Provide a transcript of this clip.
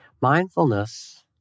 Mindfulness